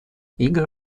игры